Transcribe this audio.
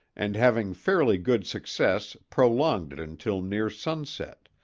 and having fairly good success prolonged it until near sunset,